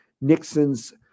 Nixon's